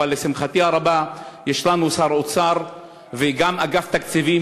אבל לשמחתי הרבה יש לנו שר אוצר וגם אגף תקציבים